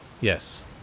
Yes